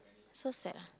so sad ah